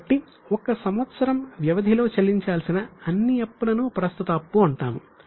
కాబట్టి 1 సంవత్సరం వ్యవధిలో చెల్లించాల్సిన అన్ని అప్పులను ప్రస్తుత అప్పు అంటాము